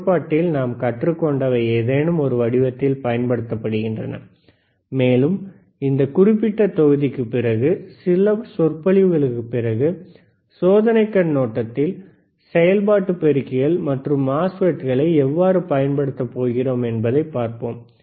கோட்பாட்டில் நாம் கற்றுக்கொண்டவை ஏதேனும் ஒரு வடிவத்தில் பயன்படுத்தப்படுகின்றன மேலும் இந்த குறிப்பிட்ட தொகுதிக்குப் பிறகு சில சொற்பொழிவுக்கு பிறகு சோதனைக் கண்ணோட்டத்தில் செயல்பாட்டு பெருக்கிகள் மற்றும் MOSFETகளை எவ்வாறு பயன்படுத்தப் போகிறோம் என்பதைப் பார்ப்போம்